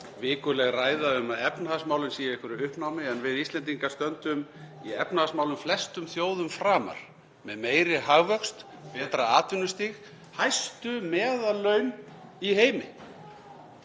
vikuleg ræða um að efnahagsmálin séu í einhverju uppnámi en við Íslendingar stöndum í efnahagsmálum flestum þjóðum framar með meiri hagvöxt, betra atvinnustig og hæstu meðallaun í heimi.